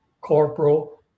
corporal